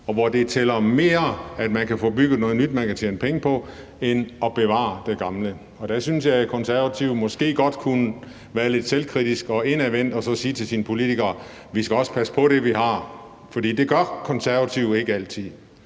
Det tæller mere, at man kan få bygget noget nyt, man kan tjene penge på, end at bevare det gamle. Der synes jeg, at De Konservative måske godt kunne være lidt selvkritiske og kigge indad og sige til sine politikere: Vi skal også passe på det, vi har. For det gør Konservative ikke altid.